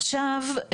עכשיו,